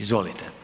Izvolite.